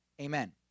Amen